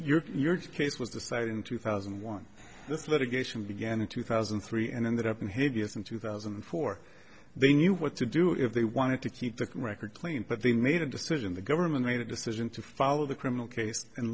case your case was decided in two thousand and one this litigation began in two thousand and three and ended up in hideous in two thousand and four they knew what to do if they wanted to keep the record clean but they made a decision the government made a decision to follow the criminal case and